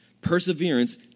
Perseverance